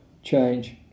change